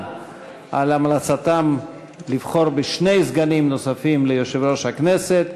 על המלצתה לבחור בשני סגנים נוספים ליושב-ראש הכנסת,